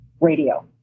Radio